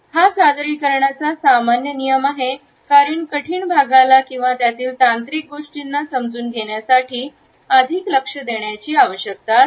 हा सादरीकरणाचा सामान्य नियम आहे कारण कठीण भागाला किंवा त्यातील तांत्रिक गोष्टींना समजून घेण्यासाठी अधिक लक्ष देण्याची आवश्यकता असते